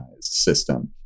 system